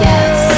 Yes